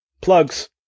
plugs